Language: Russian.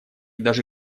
даже